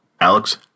Alex